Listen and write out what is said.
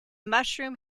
mushroom